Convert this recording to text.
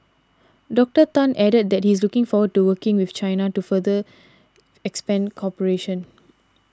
Doctor Tan added that he is looking forward to working with China to further expand cooperation